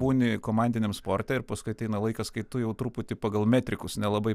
būni komandiniam sporte ir paskui ateina laikas kai tu jau truputį pagal metrikus nelabai